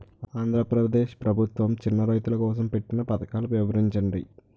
ఆంధ్రప్రదేశ్ ప్రభుత్వ చిన్నా రైతుల కోసం పెట్టిన పథకాలు వివరించండి?